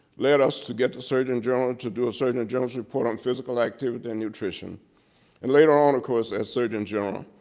led us to get the surgeon general to do a surgeon general's report on physical activity and nutrition and later on of course as surgeon general,